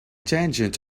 tangent